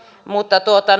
mutta